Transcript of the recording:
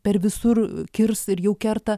per visur kirs ir jau kerta